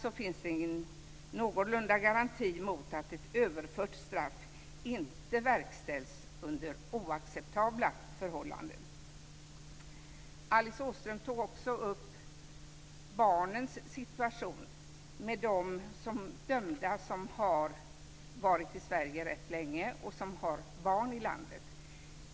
Här finns alltså en någorlunda garanti mot att ett överfört straff inte verkställs under oacceptabla förhållanden. Alice Åström tog också upp barnens situation. Det gäller då dömda som varit i Sverige rätt länge och som har barn i landet.